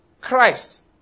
Christ